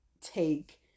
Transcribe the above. take